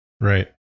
Right